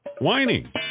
whining